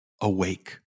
awake